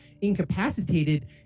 incapacitated